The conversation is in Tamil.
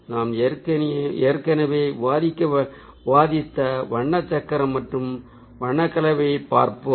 நாம் ஏற்கனவே விவாதித்த வண்ண சக்கரம் மற்றும் வண்ண கலவையைப் பார்ப்போம்